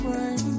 one